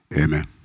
amen